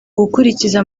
gukurikiza